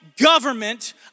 government